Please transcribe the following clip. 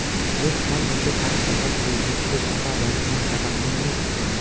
hedge fund হসে আক টাকার পুল যেটোতে টাকা বাডেনগ্না টাকা তন্নি করাং